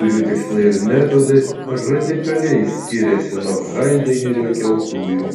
kurių tikslai ir metodai radikaliai skiriasi nuo haidegerio keltųjų